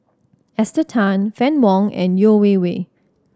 Esther Tan Fann Wong and Yeo Wei Wei